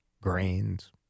Grains